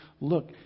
look